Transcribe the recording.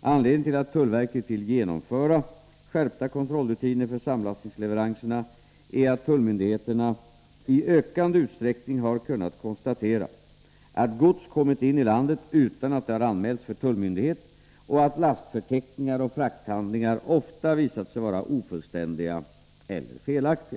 Anledningen till att tullverket vill genomföra skärpta kontrollrutiner för samlastningsleveranserna är att Nr 28 tullmyndigheterna i ökande utsträckning har kunnat konstatera att gods kommit in i landet utan att det har anmälts för tullmyndighet och att 21 november 1983 lastförteckningar och frakthandlingar ofta visat sig vara ofullständiga eller felaktiga.